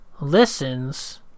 listens